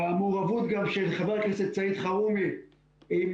במעורבות גם של חבר הכנסת סעיד אלחרומי עם